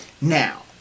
Now